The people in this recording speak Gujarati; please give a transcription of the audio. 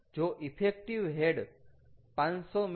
જો ઈફેક્ટિવ હેડ 500 m છે